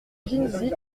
ginesy